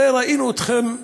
הרי ראינו אתכם,